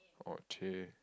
orh !chey!